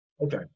Okay